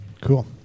Cool